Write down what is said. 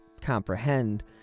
comprehend